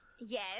Yes